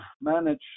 manage